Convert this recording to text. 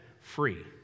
free